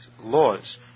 laws